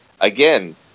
again